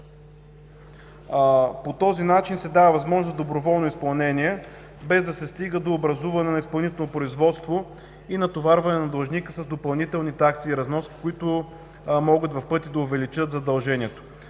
По този начин се дава възможност за доброволно изпълнение, без да се стига до образуване на изпълнително производство и натоварване на длъжника с допълнителни такси и разноски, които могат в пъти да увеличат задължението.